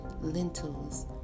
lentils